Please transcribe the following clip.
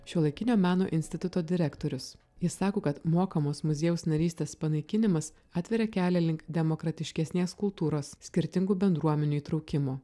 šiuolaikinio meno instituto direktorius jis sako kad mokamos muziejaus narystės panaikinimas atveria kelią link demokratiškesnės kultūros skirtingų bendruomenių įtraukimo